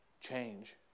change